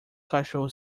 cachorro